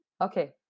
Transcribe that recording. Okay